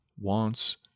wants